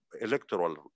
electoral